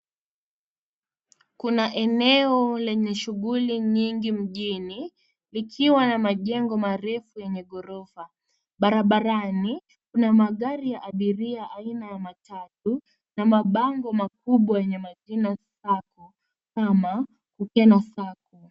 Kuna eneo lenye shughuli nyingi mjini, likiwa na majengo marefu yenye gorofa. Barabarani kuna magari ya abiria aina ya matatu, na mabango makubwa yenye majina sacco kama; Kukena Sacco.